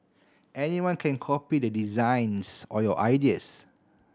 anyone can copy the designs or your ideas